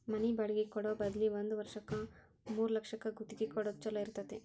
ಮನಿ ಬಾಡ್ಗಿ ಕೊಡೊ ಬದ್ಲಿ ಒಂದ್ ವರ್ಷಕ್ಕ ಮೂರ್ಲಕ್ಷಕ್ಕ ಗುತ್ತಿಗಿ ಕೊಡೊದ್ ಛೊಲೊ ಇರ್ತೆತಿ